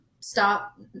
stop